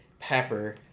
Pepper